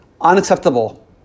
unacceptable